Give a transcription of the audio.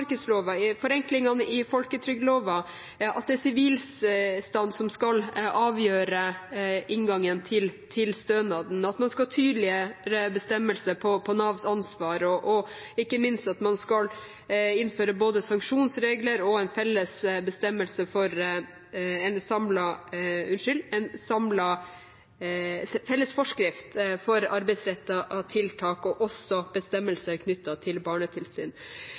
arbeidsmarkedsloven, forenklingene i folketrygdloven, at det er sivilstand som skal avgjøre inngangen til stønaden, at man skal ha tydeligere bestemmelser for Navs ansvar og ikke minst at man skal innføre både sanksjonsregler og felles forskrift for arbeidsrettet tiltak og også bestemmelser knyttet til barnetilsyn.